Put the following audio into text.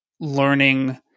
learning